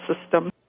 system